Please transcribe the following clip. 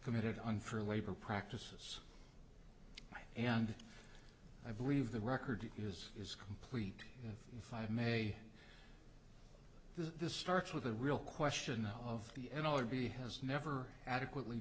committed unfair labor practices and i believe the record is is complete if i may this starts with the real question of the n l r b has never adequately